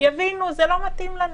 יבינו: זה לא מתאים לנו,